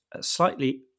slightly